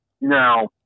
now